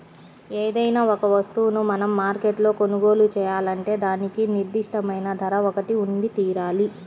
ఏదైనా ఒక వస్తువును మనం మార్కెట్లో కొనుగోలు చేయాలంటే దానికి నిర్దిష్టమైన ధర ఒకటి ఉండితీరాలి